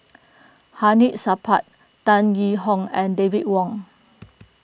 Hamid Supaat Tan Yee Hong and David Wong